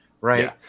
right